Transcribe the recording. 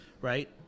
Right